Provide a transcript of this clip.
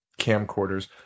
camcorders